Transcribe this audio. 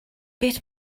beth